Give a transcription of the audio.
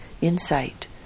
insight